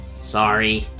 Sorry